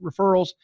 referrals